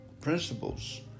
principles